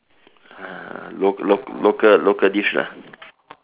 ah local local dish lah